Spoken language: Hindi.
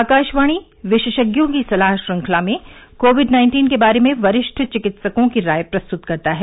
आकाशवाणी विशेषज्ञों की सलाह श्रृंखला में कोविड नाइन्टीन के बारे में वरिष्ठ चिकित्सकों की राय प्रस्तुत करता है